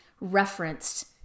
referenced